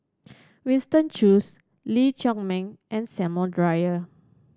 Winston Choos Lee Chiaw Meng and Samuel Dyer